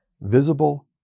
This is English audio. visible